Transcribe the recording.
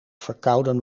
verkouden